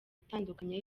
itandukanye